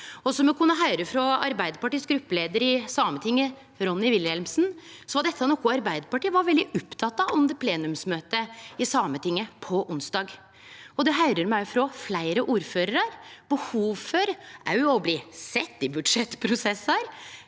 Som me kunne høyre frå Arbeidarpartiets gruppeleiar i Sametinget, Ronny Wilhelmsen, var dette noko Arbeidarpartiet var veldig oppteke av under plenumsmøtet i Sametinget på onsdag. Det høyrer me òg frå fleire ordførarar: behovet for å bli sett i budsjettprosessar,